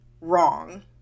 wrong